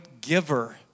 giver